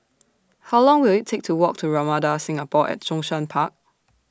How Long Will IT Take to Walk to Ramada Singapore At Zhongshan Park